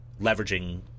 leveraging